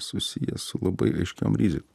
susiję su labai aiškiom riziko